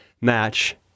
match